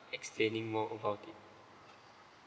explaining more about it